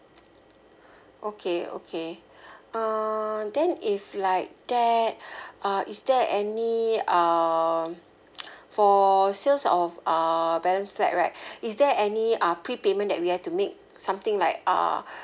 okay okay uh then if like that uh is there any uh for sales of uh balance flat right is there any uh pre payment that we have to make something like uh